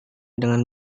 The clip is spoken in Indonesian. dengan